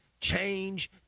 change